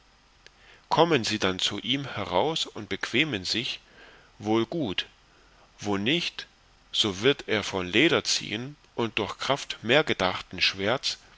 kommen sie dann zu ihm heraus und bequemen sich wohl gut wo nicht so wird er von leder ziehen und durch kraft mehrgedachten schwerts